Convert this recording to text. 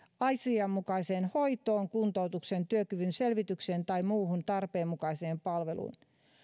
asianmukaiseen hoitoon kuntoutukseen työkyvyn selvitykseen tai muuhun tarpeen mukaiseen palveluun